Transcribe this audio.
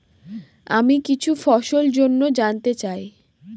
আমি কিছু ফসল জন্য জানতে চাই